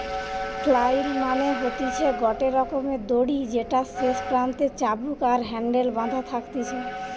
flail মানে হতিছে গটে রকমের দড়ি যেটার শেষ প্রান্তে চাবুক আর হ্যান্ডেল বাধা থাকতিছে